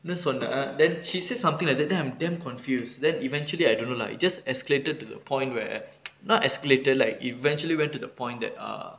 என்ன சொன்னா:enna sonnaa then she say something like that then I am damn confuse then eventually I don't know lah it just escalated to the point where not escalated like eventually went to the point that err